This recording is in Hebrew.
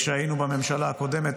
כשהיינו בממשלה הקודמת.